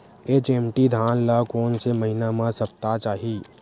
HMT धान ल कोन से महिना म सप्ता चाही?